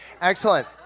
Excellent